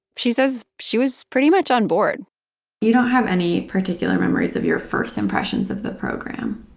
she says she was pretty much on board you don't have any particular memories of your first impressions of the program?